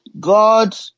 God